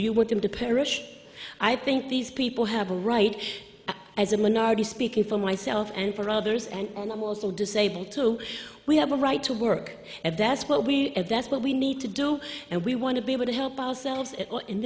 do you want them to perish i think these people have a right as a minority speaking for myself and for others and i'm also disabled so we have a right to work and that's what we and that's what we need to do and we want to be able to help ourselves